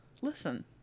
Listen